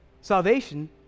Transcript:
Salvation